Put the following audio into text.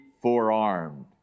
forearmed